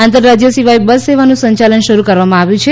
આંતરરાજ્ય સિવાય બસ સેવાનું સંચાલન શરૂ કરવામાં આવ્યું છે